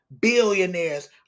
billionaires